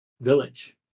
village